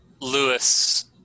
Lewis